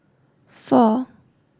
four